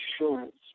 insurance